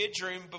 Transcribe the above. bedroom